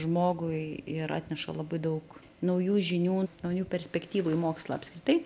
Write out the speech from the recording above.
žmogui ir atneša labai daug naujų žinių naujų perspektyvų į mokslą apskritai